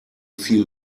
viel